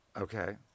Okay